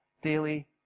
daily